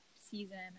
season